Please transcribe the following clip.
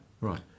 right